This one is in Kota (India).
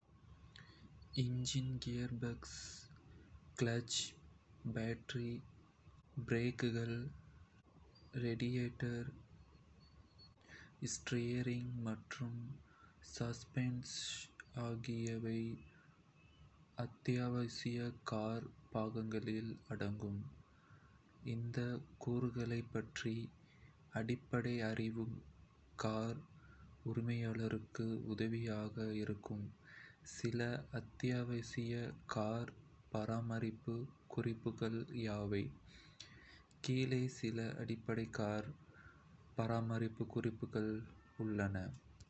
Engine, gearbox, clutch, battery, பிரேக்குகள், radiator, steering மற்றும் suspension ஆகியவை அத்தியாவசிய கார் பாகங்களில் அடங்கும். இந்தக் கூறுகளைப் பற்றிய அடிப்படை அறிவு கார் உரிமையாளருக்கு உதவியாக இருக்கும்.சில அத்தியாவசிய கார் பராமரிப்பு குறிப்புகள் யாவை? கீழே சில அடிப்படை கார் பராமரிப்பு குறிப்புகள் உள்ளன.